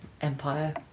empire